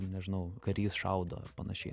nežinau karys šaudo ar panašiai